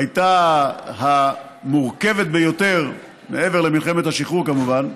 הייתה המורכבת ביותר, מעבר למלחמת השחרור כמובן.